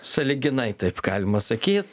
sąlyginai taip galima sakyt